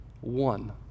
one